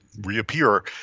reappear